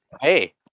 Hey